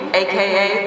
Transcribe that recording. aka